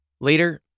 Later